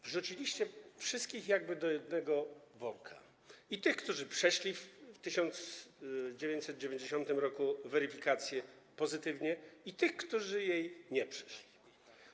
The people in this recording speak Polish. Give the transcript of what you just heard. Wrzuciliście wszystkich do jednego worka, i tych, którzy przeszli w 1990 r. weryfikację pozytywnie, i tych, którzy jej nie przeszli.